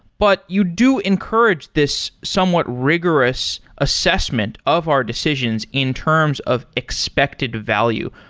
but you do encourage this somewhat rigorous assessment of our decisions in terms of expected value.